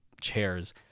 chairs